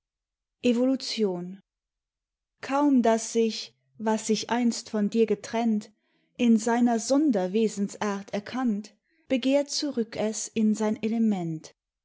evolution kaum daß sich was sich einst von dir getrennt in seiner sonderwesensart erkannt begehrt zurück es in sein element